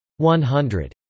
100